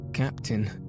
Captain